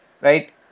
right